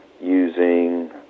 using